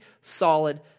solid